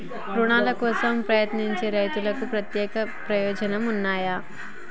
రుణాల కోసం ప్రయత్నించే రైతులకు ప్రత్యేక ప్రయోజనాలు ఉన్నయా?